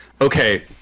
okay